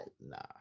nah